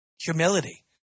Humility